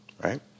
right